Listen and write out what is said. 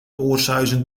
oorsuizen